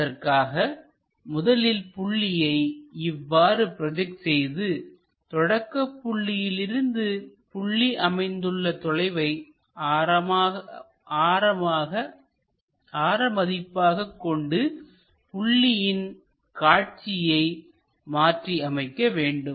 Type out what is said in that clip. அதற்காக முதலில் புள்ளியை இவ்வாறு ப்ரோஜெக்ட் செய்து தொடக்கப் புள்ளியில் இருந்து புள்ளி அமைந்துள்ள தொலைவை ஆர மதிப்பாக கொண்டு புள்ளியின் காட்சியை மாற்றி அமைக்க வேண்டும்